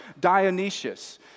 Dionysius